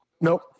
Nope